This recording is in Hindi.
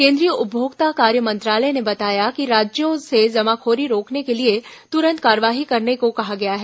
केंद्रीय उपभोक्ता कार्य मंत्रालय ने बताया कि राज्यों से जमाखोरी रोकने के लिए तुरंत कार्रवाई करने को कहा गया है